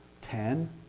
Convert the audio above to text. ten